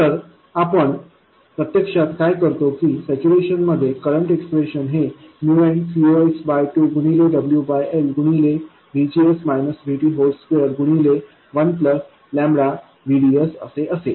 तर आपण प्रत्यक्षात काय करतो की सॅच्युरेशन मध्ये करंट एक्सप्रेशन हे nCox2 गुणिले WL गुणिलेVGS VT2 गुणिले 1VDS असे असेल